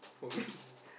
for me